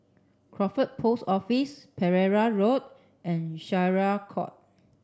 Crawford Post Office Pereira Road and Syariah Court